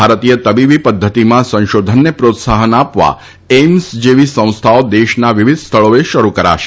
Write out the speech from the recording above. ભારતીય તબીબી પધ્ધતિમાં સંશોધનને પ્રોત્સાહન આપવા એઇમ્સ જેવી સંસ્થાઓ દેશના વિવિધ સ્થળોએ શરૂ કરાશે